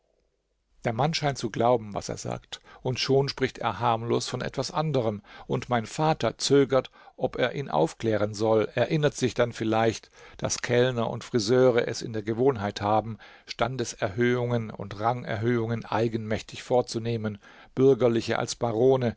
der mann scheint zu glauben was er sagt und schon spricht er harmlos von etwas anderem und mein vater zögert ob er ihn aufklären soll erinnert sich dann vielleicht daß kellner und friseure es in der gewohnheit haben standeserhöhungen und rangerhöhungen eigenmächtig vorzunehmen bürgerliche als barone